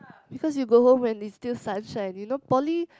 because you go home when it's still sunshine you know poly